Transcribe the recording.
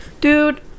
dude